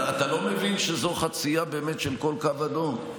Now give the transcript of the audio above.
אתה לא מבין שזו חצייה של כל קו אדום.